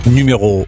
Numéro